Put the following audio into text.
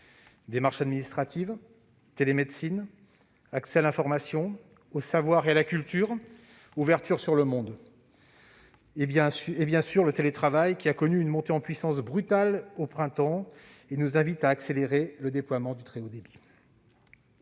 : démarches administratives, télémédecine, accès à l'information, aux savoirs et à la culture, ouverture sur le monde et, bien sûr, télétravail, dont la montée en puissance au printemps a été brutale, nous invitant à accélérer le déploiement du très haut débit.